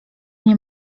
nie